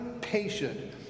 patient